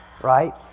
right